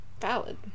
Valid